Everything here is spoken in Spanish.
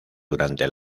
durante